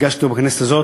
הגשתי אותו בכנסת הזאת,